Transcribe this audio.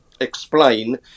explain